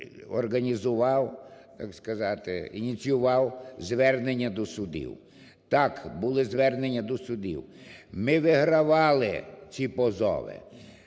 організував, так сказати, ініціював звернення до судів. Так, були звернення до судів, ми вигравали ці позови.